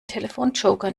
telefonjoker